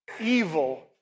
evil